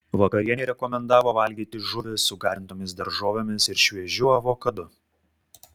vakarienei rekomendavo valgyti žuvį su garintomis daržovėmis ir šviežiu avokadu